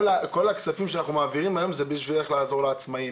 כל הכספים שאנחנו מעבירים היום זה בשביל לעזור לעצמאים,